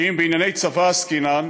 שאם בענייני צבא עסקינן,